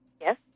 Yes